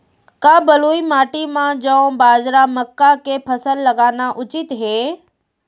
का बलुई माटी म जौ, बाजरा, मक्का के फसल लगाना उचित हे?